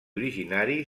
originari